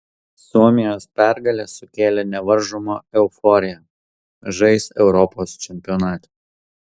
suomijos pergalė sukėlė nevaržomą euforiją žais europos čempionate